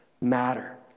matter